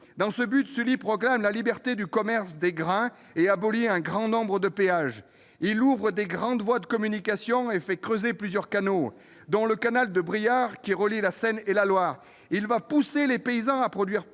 perspective, Sully proclame la liberté du commerce des grains et abolit un grand nombre de péages. Il ouvre de grandes voies de communication et fait creuser plusieurs canaux, dont le canal de Briare, qui relie la Seine à la Loire. Il pousse les paysans à produire plus que nécessaire